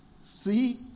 see